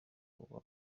uba